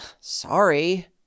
sorry